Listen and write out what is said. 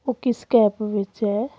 ਉਹ ਕਿਸ ਕੈਬ ਵਿੱਚ ਹੈ